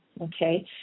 Okay